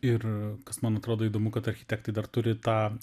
ir kas man atrodo įdomu kad architektai dar turi tą